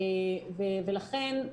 לכן,